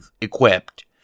equipped